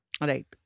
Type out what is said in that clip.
Right